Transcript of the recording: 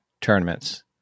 tournaments